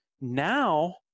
now